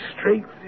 strength